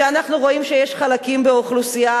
כשאנחנו רואים שיש חלקים באוכלוסייה